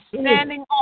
standing